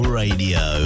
radio